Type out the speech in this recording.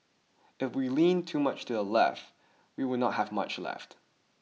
if we lean too much to the left we will not have much left